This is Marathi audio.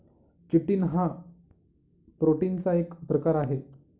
चिटिन हा प्रोटीनचा एक प्रकार आहे